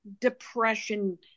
depression